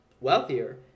wealthier